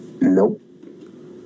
Nope